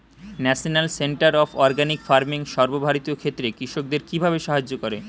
National Centre of Organic Farming সর্বভারতীয় ক্ষেত্রে কৃষকদের কিভাবে সাহায্য করে?